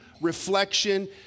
reflection